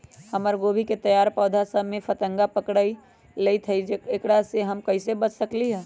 हमर गोभी के तैयार पौधा सब में फतंगा पकड़ लेई थई एकरा से हम कईसे बच सकली है?